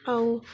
ଆଉ